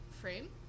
frame